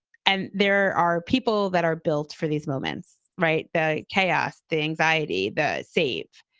and there are people that are built for these moments, right? the chaos, the anxiety, the save.